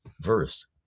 verse